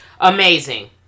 amazing